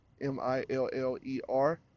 M-I-L-L-E-R